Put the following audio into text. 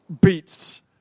beats